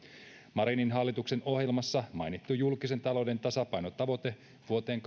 marinin hallituksen ohjelmassa mainittu julkisen talouden tasapainotavoite vuoteen